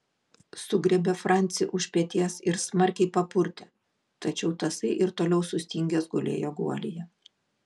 sugriebė francį už peties ir smarkiai papurtė tačiau tasai ir toliau sustingęs gulėjo guolyje